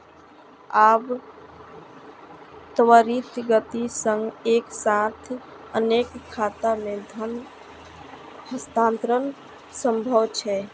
आब त्वरित गति सं एक साथ अनेक खाता मे धन हस्तांतरण संभव छै